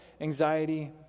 anxiety